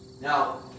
Now